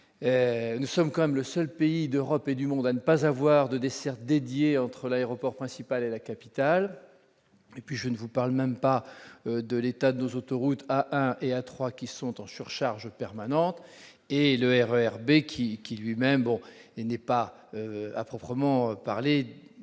nous sommes quand même le seul pays d'Europe et du monde à ne pas avoir de desserte dédié entre l'aéroport principal est la capitale, et puis je ne vous parle même pas de l'état de nos autoroutes A 1 et à 3 qui sont en surcharge permanente et le RER B qui, qui, lui-même, bon, il n'est pas à proprement parler